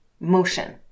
motion